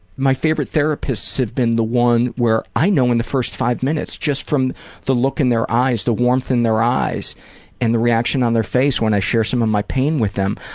my favorite therapists have been the ones where i know in the first five minutes just from the look in their eyes, the warmth in their eyes and the reaction on their face when i share some of my pain with them,